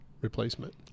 replacement